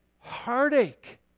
heartache